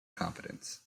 confidence